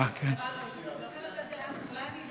אפשר הצבעה שמית?